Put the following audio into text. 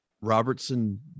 Robertson